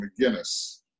McGinnis